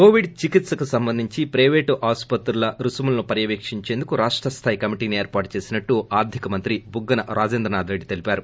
Covid చికిత్సకు సంబంధించి ప్లేపటు ఆస్పత్రుల రుసుములను పర్భవేశ్షించేందుకు రాష్టస్టాయి కమిటీని ఏర్పాటు చేసినట్లు ఆర్ధిక శాఖ మంత్రి బుగ్గన రాజేంద్రనాథ్రెడ్డి తెలిపారు